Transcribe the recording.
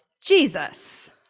Jesus